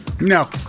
No